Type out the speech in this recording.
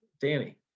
Danny